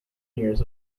years